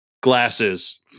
glasses